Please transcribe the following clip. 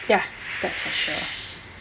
ya that's for sure